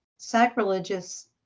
sacrilegious